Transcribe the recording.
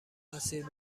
اسیر